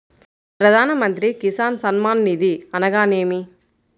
ప్రధాన మంత్రి కిసాన్ సన్మాన్ నిధి అనగా ఏమి?